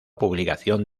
publicación